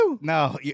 No